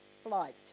flight